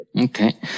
Okay